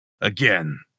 Again